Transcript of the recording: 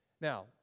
Now